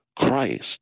Christ